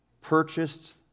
purchased